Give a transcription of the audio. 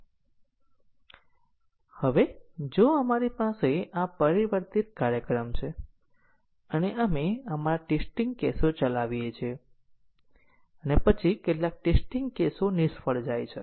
પરંતુ ખૂબ નાના પ્રેગ્રામો માટે છે અમે દરેક પાથ પર એક્ઝેક્યુશનને દબાણ કરવા માટે ટેસ્ટીંગ કેસો પણ તૈયાર કરી શકીએ છીએ પરંતુ જે મોટા પ્રેગ્રામો માટે સ્પષ્ટ નથી તે વ્યવહારુ છે